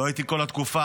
לא הייתי כל התקופה,